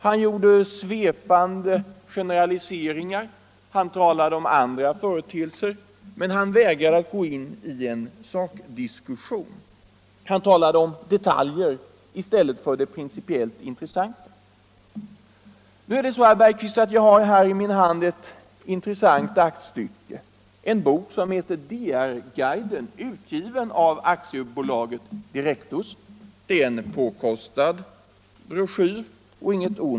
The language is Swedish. Han gjorde svepande generaliseringar och han talade om andra företeelser, men han vägrade att gå in i en sakdiskussion. Han talade om detaljer i stället för om det principiellt intressanta. Jag har i min hand, herr Bergqvist, ett intressant aktstycke, en bok med titeln DR-guiden, utgiven av Direktus AB.